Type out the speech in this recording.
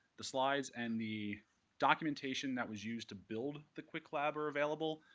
the slides and the documentation that was used to build the quick lab are available.